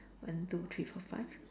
one two three four five